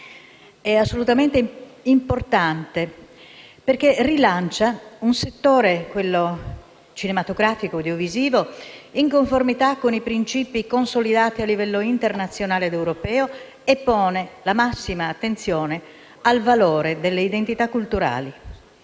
è assolutamente importante perché rilancia il settore cinematografico e audiovisivo in conformità con principi consolidati a livello internazionale ed europeo e pone la massima attenzione al valore delle identità culturali,